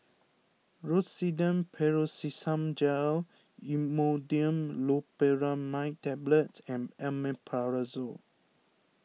Rosiden Piroxicam Gel Imodium Loperamide Tablets and Omeprazole